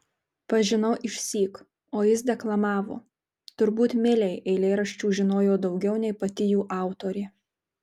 pažinau išsyk o ji vis deklamavo turbūt milei eilėraščių žinojo daugiau nei pati jų autorė